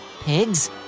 pigs